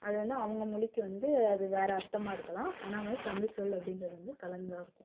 அது வந்து அவங்க மொழிக்கு வந்து அது வேறு அர்த்தமாக இருக்கலாம் ஆனால் வந்து தமிழ் சொல் அப்படின்றது வந்து கலந்துதான் இருக்கும்